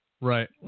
Right